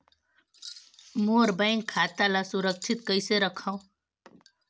मोर bank खाता ला सुरक्षित कइसे रखव?